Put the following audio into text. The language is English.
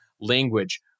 language